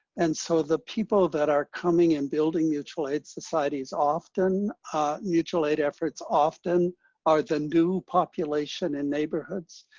and so the people that are coming and building mutual aid societies often mutual aid efforts often are the new population in neighborhoods.